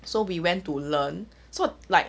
so we went to learn so like